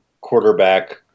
quarterback